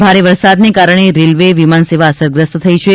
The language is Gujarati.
ભારે વરસાદના કારણે રેલવે વિમાન સેવ અસરગ્રસ્ત થઈ છે